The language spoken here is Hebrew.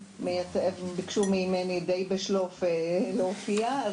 ביקשו ממני לא מזמן להופיע בפני הועדה.